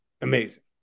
amazing